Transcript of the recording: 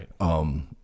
Right